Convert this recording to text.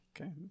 Okay